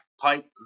pipe